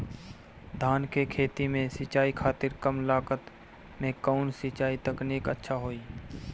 धान के खेती में सिंचाई खातिर कम लागत में कउन सिंचाई तकनीक अच्छा होई?